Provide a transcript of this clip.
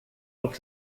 auf